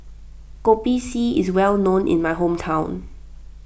Kopi C is well known in my hometown